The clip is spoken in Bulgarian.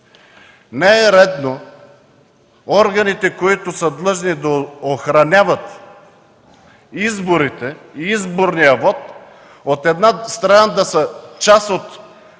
Не е редно органите, които са длъжни да охраняват изборите и изборния вот, от една страна, да са част от